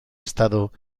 estado